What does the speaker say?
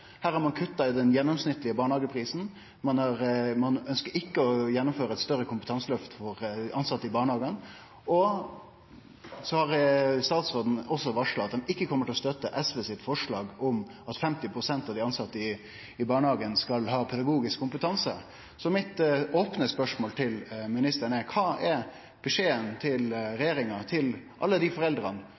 har. Ein har kutta i den gjennomsnittlege barnehageprisen. Ein ønskjer ikkje å gjennomføre eit større kompetanseløft for tilsette i barnehagen. Statsråden har også varsla at dei ikkje kjem til å støtte forslaget frå SV om at 50 pst. av dei tilsette i barnehagen skal ha pedagogisk kompetanse. Mitt opne spørsmål til ministeren er: Kva er beskjeden frå regjeringa til alle dei